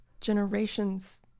generation's